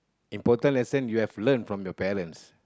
important lesson you have learnt from your parents